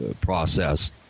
process